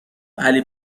علی